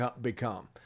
become